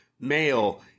male